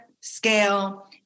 scale